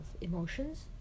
emotions